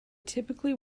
typically